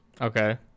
Okay